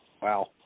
Wow